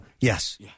Yes